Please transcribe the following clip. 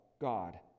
God